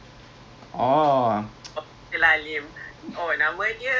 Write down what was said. oh interesting eh psychology